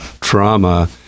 trauma